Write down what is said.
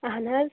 اہن حظ